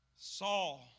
Saul